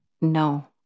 No